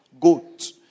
Goat